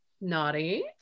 naughty